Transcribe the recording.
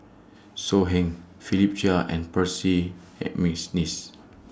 So Heng Philip Chia and Percy Mcneice